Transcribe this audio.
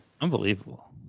unbelievable